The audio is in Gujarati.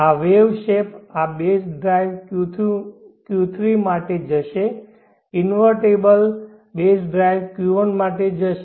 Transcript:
આ વેવ શેપ આ બેઝ ડ્રાઇવ Q3 માટે જશે ઈન્વર્ટેડબેઝ ડ્રાઇવ Q1 માટે જશે